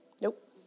nope